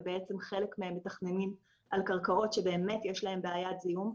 וחלק מהם מתוכננים על קרקעות שבאמת יש להם בעיית זיהום,